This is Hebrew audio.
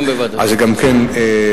עד עכשיו, חמש שנים, לא שמענו כלום.